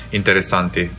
interessanti